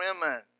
Women